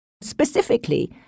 Specifically